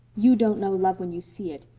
you don't know love when you see it.